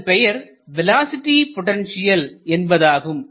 அதன் பெயர் velocity potential என்பதாகும்